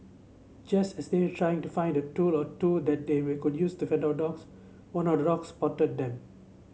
just as they have trying to find the tool or two that they way could use to fend the dogs one of the dogs spotted them